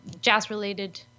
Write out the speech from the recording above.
jazz-related